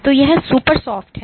तो यह super soft है